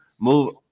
Move